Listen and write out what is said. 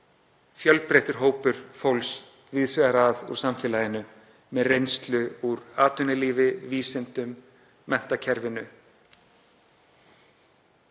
fjölbreyttur hópur fólks víðs vegar að úr samfélaginu með reynslu úr atvinnulífi, vísindum og menntakerfinu.